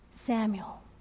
Samuel